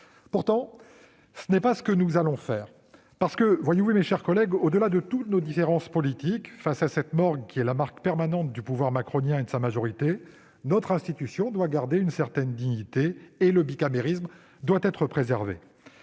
Pourtant, ce n'est pas ce que nous allons faire, parce que, voyez-vous, mes chers collègues, malgré nos différences politiques et face à cette morgue qui est la marque permanente du pouvoir macronien et de sa majorité, notre institution doit conserver une certaine dignité. Le bicamérisme doit être préservé,